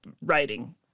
writing